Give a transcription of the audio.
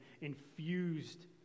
infused